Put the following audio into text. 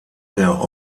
der